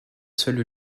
seules